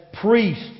priest